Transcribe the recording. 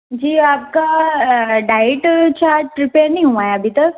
जी आपका diet chart prepare नहीं हुआ है अभी तक